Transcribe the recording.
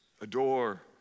adore